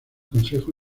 consejo